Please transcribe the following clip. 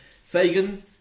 Fagan